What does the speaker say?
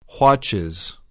Watches